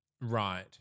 right